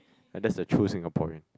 and that's the true Singaporean